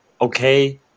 okay